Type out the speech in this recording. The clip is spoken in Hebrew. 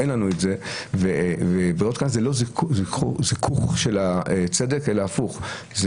ברירות קנס זה לא זיכוך של הצדק אלא הפוך,